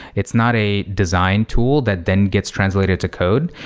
it's not a design tool that then gets translated to code.